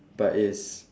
but it's